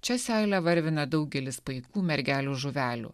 čia seilę varvina daugelis paikų mergelių žuvelių